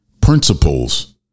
principles